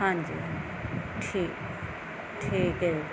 ਹਾਂਜੀ ਠੀਕ ਠੀਕ ਹੈ ਜੀ